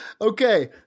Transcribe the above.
Okay